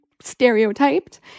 stereotyped